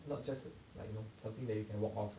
not just like you know something that you can walk off ah